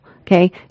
Okay